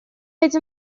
эти